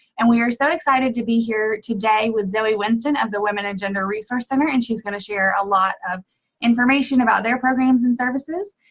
and we are so excited to be here today with zoe winston of the women and gender resource center. and she's gonna share a lot of information about their programs and services.